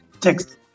Text